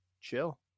chill